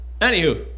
Anywho